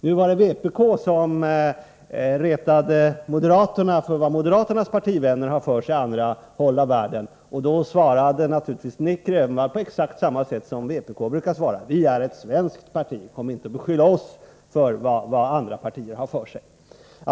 Nu var det vpk som retade moderaterna för vad moderaternas partivänner har för sig på andra håll i världen, och då svarade naturligtvis Nic Grönvall på exakt samma sätt som vpk brukar svara: Vi är ett svenskt parti — beskyll oss inte för vad andra partier har för sig.